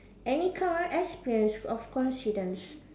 any kind of experience or coincidence